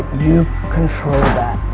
you control that.